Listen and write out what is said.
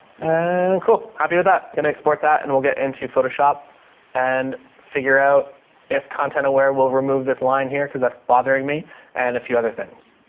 and cool. happy with that. can i export that and we'll get into photoshop and figure out if content aware we'll remove this line here cause that's bothering me and a few other things.